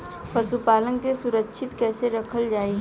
पशुपालन के सुरक्षित कैसे रखल जाई?